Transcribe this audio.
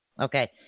Okay